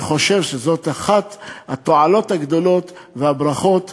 אני חושב שזו אחת התועלות הגדולות והברכות